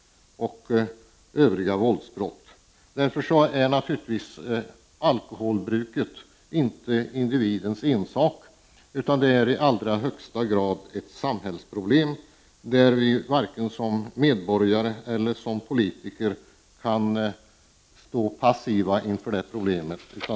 Alkoholbruket är inte individens ensak utan i allra högsta grad ett samhällsproblem. Vi kan varken som medborgare eller politiker stå passiva inför det problemet.